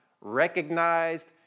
recognized